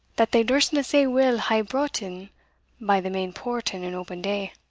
that they durstna sae weel hae brought in by the main port and in open day